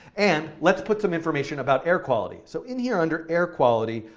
and let's put some information about air quality. so in here, under air quality,